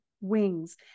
wings